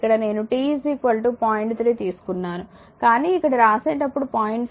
3 తీసుకున్నాను కానీ ఇక్కడ రాసేటప్పుడు 0